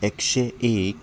एकशें एक